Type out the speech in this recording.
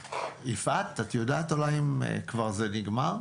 יפעת, את יודעת אולי אם כבר זה נגמר?